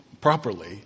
properly